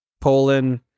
Poland